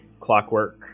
clockwork